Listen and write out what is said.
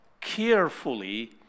carefully